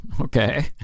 Okay